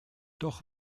doch